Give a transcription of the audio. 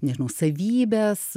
nežinau savybes